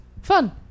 Fun